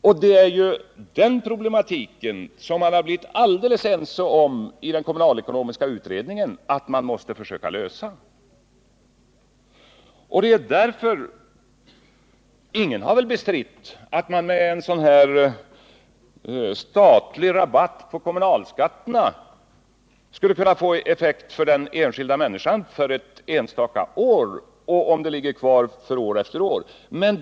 I den kommunalekonomiska utredningen har man blivit helt ense om att det är den problematiken man måste försöka lösa. Ingen har väl bestritt att en sådan här statlig rabatt på kommunalskatterna skulle kunna få effekt för den enskilda människan ett enstaka år och även år efter år, om rabatten finns kvar.